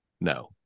No